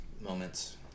moments